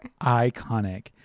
Iconic